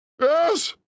Yes